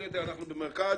בשמאלניות יתר אלא אנחנו במרכז